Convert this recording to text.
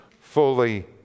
fully